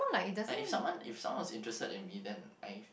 but if someone if someone was interested in me then I